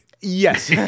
Yes